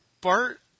Bart